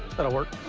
that'll work